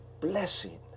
blessing